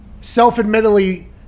self-admittedly